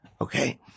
Okay